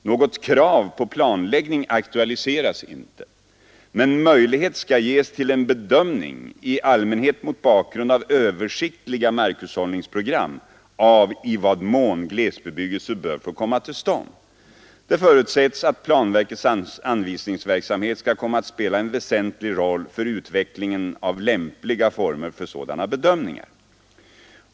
Något krav på planläggning aktualiseras inte. Men möjlighet skall ges till en bedömning — i allmänhet mot bakgrund av översiktliga markhushållningsprogram — av i vad mån glesbebyggelse bör få komma till stånd. Det förutsätts att planverkets anvisningsverksamhet skall komma att spela en väsentlig roll för utvecklingen av lämpliga former för sådana bedömningar.